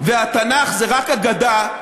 והתנ"ך הם רק אגדה,